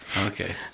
Okay